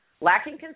lacking